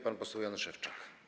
Pan poseł Jan Szewczak.